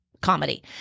Comedy